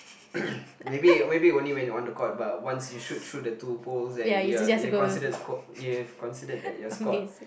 maybe maybe only when on the court but once you shoot through the two holes that you're you're considered score you have considered that you are scored